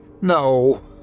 no